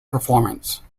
performance